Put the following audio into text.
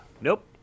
Nope